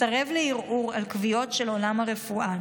מסרב לערעור על קביעות של עולם הרפואה,